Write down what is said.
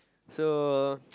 so